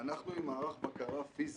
אנחנו עם מערך בקרה פיזי.